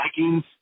Vikings